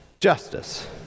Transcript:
justice